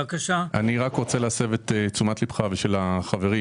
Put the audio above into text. אני רוצה להסב את תשומת ליבך ושל החברים